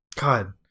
God